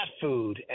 food